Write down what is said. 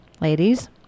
ladies